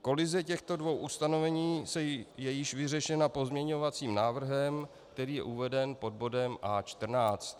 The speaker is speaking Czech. Kolize těchto dvou ustanovení je již vyřešena pozměňovacím návrhem, který je uveden pod bodem A14.